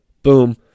Boom